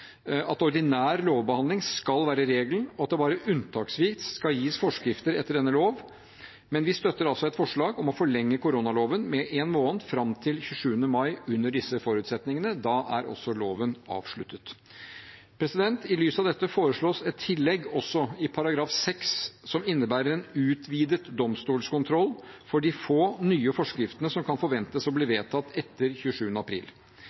at ordinær lovbehandling skal være regelen, og at det bare unntaksvis skal gis forskrifter etter denne lov. Men vi støtter altså et forslag om å forlenge koronaloven med én måned, fram til 27. mai, under disse forutsetningene. Da er også loven avsluttet. I lys av dette foreslås et tillegg også i § 6, som innebærer en utvidet domstolskontroll av de få nye forskriftene som kan forventes å bli vedtatt etter 27. april.